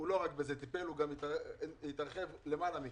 לא רק בזה הוא טיפל, הוא גם התרחב למעלה מכך.